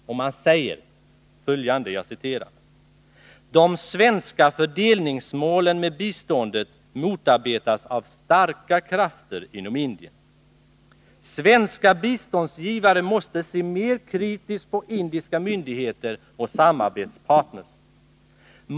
Man säger: ”De svenska fördelningsmålen med biståndet motarbetas av starka krafter inom Indien. Svenska biståndsgivare måste se mer kritiskt på indiska myndigheter och samarbetspartner.